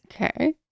Okay